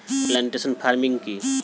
Plantation farming কি?